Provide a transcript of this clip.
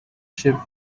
ship